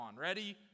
Ready